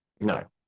No